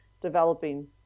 developing